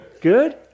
Good